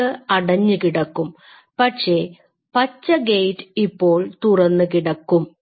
ഇത് അടഞ്ഞു കിടക്കും പക്ഷേ പച്ച ഗെയ്റ്റ് ഇപ്പോൾ തുറന്നു കിടക്കും